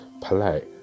polite